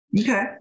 Okay